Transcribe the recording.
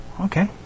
Okay